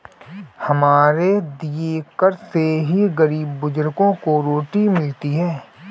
हमारे दिए कर से ही गरीब बुजुर्गों को रोटी मिलती है